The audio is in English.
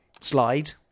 slide